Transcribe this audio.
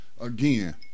Again